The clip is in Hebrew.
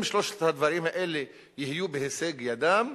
אם שלושת הדברים האלה יהיו בהישג ידם,